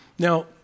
Now